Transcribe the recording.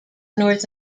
north